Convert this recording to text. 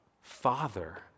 Father